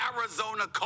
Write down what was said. Arizona